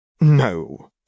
No